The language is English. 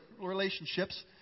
relationships